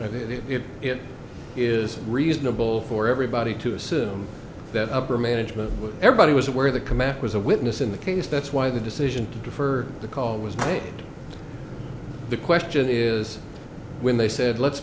is it is reasonable for everybody to assume that upper management everybody was aware of the command was a witness in the case that's why the decision to defer the call was made the question is when they said let's